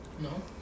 No